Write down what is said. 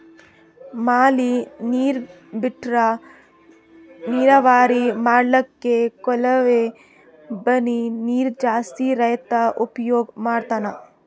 ಮಳಿ ನೀರ್ ಬಿಟ್ರಾ ನೀರಾವರಿ ಮಾಡ್ಲಕ್ಕ್ ಕೊಳವೆ ಬಾಂಯ್ ನೀರ್ ಜಾಸ್ತಿ ರೈತಾ ಉಪಯೋಗ್ ಮಾಡ್ತಾನಾ